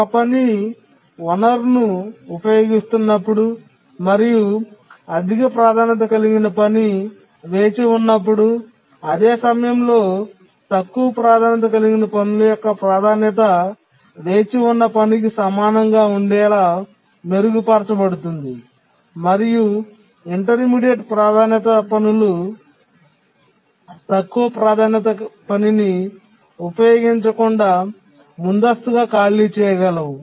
ఒక పని వనరును ఉపయోగిస్తున్నప్పుడు మరియు అధిక ప్రాధాన్యత కలిగిన పని వేచి ఉన్నప్పుడు అదే సమయంలో తక్కువ ప్రాధాన్యత కలిగిన పనుల యొక్క ప్రాధాన్యత వేచి ఉన్న పనికి సమానంగా ఉండేలా మెరుగుపరచబడుతుంది మరియు ఇంటర్మీడియట్ ప్రాధాన్యత పనులు తక్కువ ప్రాధాన్యత పనిని ఉపయోగించకుండా ముందస్తుగా ఖాళీ చేయగలవు